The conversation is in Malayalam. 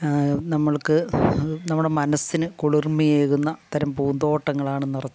നമ്മൾക്ക് നമ്മടെ മനസ്സിന് കുളിർമ്മയേകുന്ന തരം പൂന്തോട്ടങ്ങളാണ് നിറച്ചും